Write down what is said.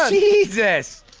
jesus!